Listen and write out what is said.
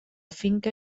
finca